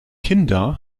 kinder